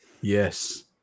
Yes